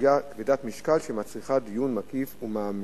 סוגיה כבדת משקל שמצריכה דיון מקיף ומעמיק.